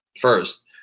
first